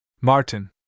Martin